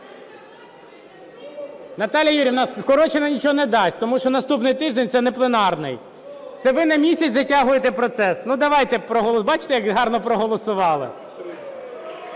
Наталія Юріївна, скорочено нічого не дасть, тому що наступний тиждень – це не пленарний. Це ви на місяць затягуєте процес. Ну, давайте… Бачите, як гарно проголосували.